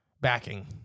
backing